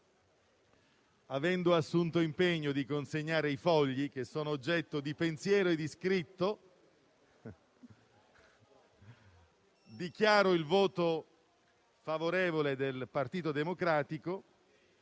avendo assunto l'impegno di consegnare i fogli che sono oggetto di pensiero e di scritto, dichiaro il voto favorevole del Gruppo Partito Democratico